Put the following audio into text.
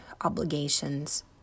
obligations